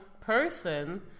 person